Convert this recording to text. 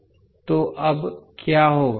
तो अब क्या होगा